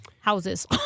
houses